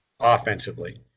Offensively